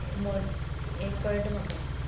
हें मो हें कळटा म्हाका